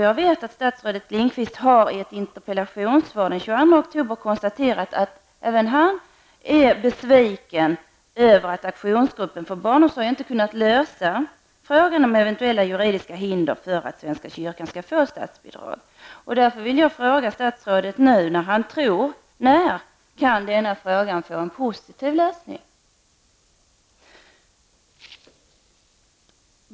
Jag vet att statsrådet Lindqvist i ett interpellationssvar den 22 oktober har sagt att även han är besviken över att aktionsgruppen för barnomsorg inte har kunnat lösa frågan om eventuella juridiska hinder för att svenska kyrkan skall få statsbidrag. Därför vill jag nu fråga statsrådet, när han tror att denna fråga kan få en positiv lösning.